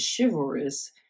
chivalrous